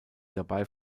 dabei